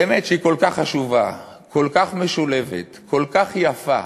שהיא באמת כל כך חשובה, כל כך משולבת, כל כך יפה,